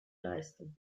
leistung